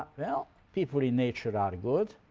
well people in nature are good